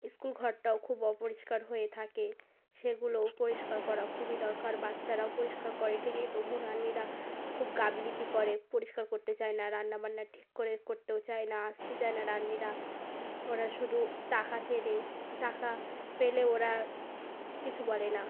school ঘরটাও খুব অপরিষ্কার হয়ে থাকে সেগুলোও পরিষ্কার করা খুবই দরকার বাচ্চারাও পরিষ্কার করে ঠিকই তবু রাঁধনিরা খুব গাফিলতি করে পরিষ্কার করতে চায় না রান্নাবান্না ঠিক করে করতেও চায় না আসতে চায় না রাঁধনিরা ওরা শুধু টাকা চেনে টাকা পেলে ওরা কিছু বলে না